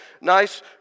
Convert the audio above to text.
nice